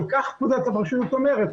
גם כך פקודת הפרשנות אומרת,